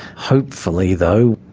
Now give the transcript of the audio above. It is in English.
hopefully though,